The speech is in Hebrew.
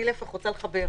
אני רוצה לחבר.